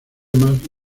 más